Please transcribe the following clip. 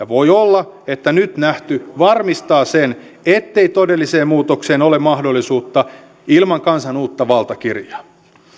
voi olla että nyt nähty varmistaa sen ettei todelliseen muutokseen ole mahdollisuutta ilman kansan uutta valtakirjaa